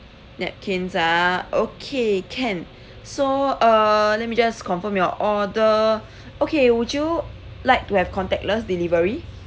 napkins ah okay can so err let me just confirm your order okay would you like to have contactless delivery